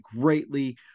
greatly